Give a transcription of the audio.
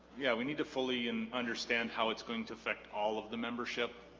yeah we need to fully and understand how it's going to affect all of the membership